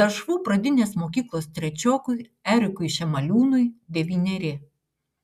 veršvų pradinės mokyklos trečiokui erikui šemaliūnui devyneri